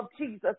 Jesus